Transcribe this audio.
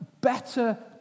better